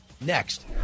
Next